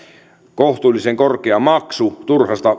kohtuullisen korkea maksu turhan